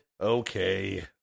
Okay